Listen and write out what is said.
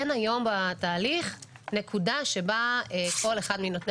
אין היום בתהליך נקודה שבה כל אחד מנותני